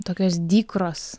tokios dykros